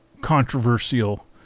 controversial